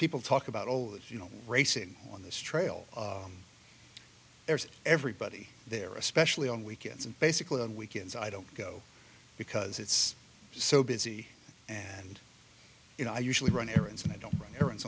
people talk about oh you know racing on this trail there's everybody there especially on weekends and basically on weekends i don't go because it's so busy and you know i usually run errands and i don't run errands